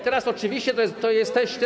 Teraz oczywiście to jesteście.